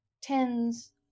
tens